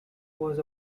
was